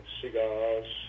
cigars